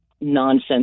nonsense